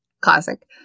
classic